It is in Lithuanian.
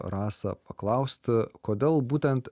rasa paklausta kodėl būtent